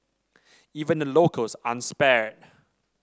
even the locals aren't spared